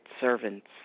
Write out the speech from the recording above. servants